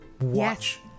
Watch